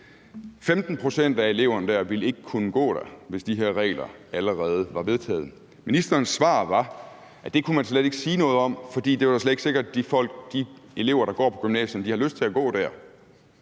15 pct. af eleverne der ville ikke kunne gå der, hvis de her regler allerede var vedtaget. Ministerens svar var, at det kunne man slet ikke sige noget om, fordi det slet ikke var sikkert, at de elever, der går på gymnasierne, har lyst til at gå der.